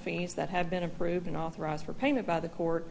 fees that have been approved and authorized for payment by the court